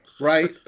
right